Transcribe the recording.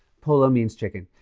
pollo means chicken.